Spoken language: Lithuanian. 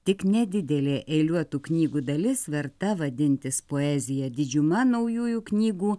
tik nedidelė eiliuotų knygų dalis verta vadintis poezija didžiuma naujųjų knygų